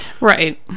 right